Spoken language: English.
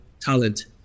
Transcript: talent